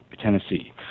Tennessee